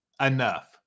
enough